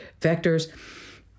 vectors